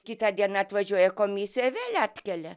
kitą dieną atvažiuoja komisija vėl atkelia